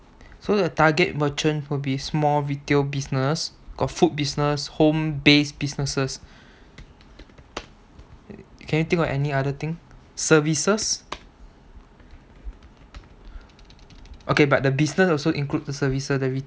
so the target merchant will be small retail business got food business home-based businesses can you think of any other thing services okay but the business also include the services and retail